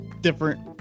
Different